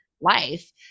life